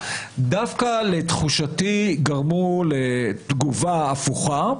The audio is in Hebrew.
דווקא לתחושתי גרמו לתגובה הפוכה,